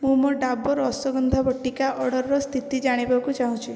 ମୁଁ ମୋ ଡାବର୍ ଅଶ୍ଵଗନ୍ଧା ବଟିକା ଅର୍ଡ଼ର୍ର ସ୍ଥିତି ଜାଣିବାକୁ ଚାହୁଁଛି